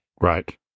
Right